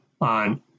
on